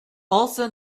also